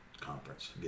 conference